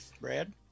Brad